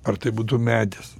ar tai būtų medis